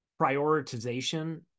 prioritization